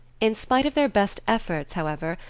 in spite of their best efforts, however,